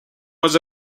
was